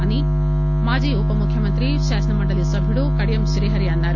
అని మాజీ ఉపముఖ్యమంత్రి శాసనమండలి సభ్యుడు కడియం శ్రీహరి అన్నారు